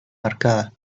marcada